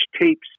tapes